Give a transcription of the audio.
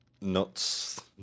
nuts